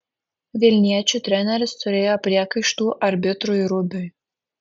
vilniečių treneris turėjo priekaištų arbitrui rubiui